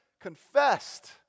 confessed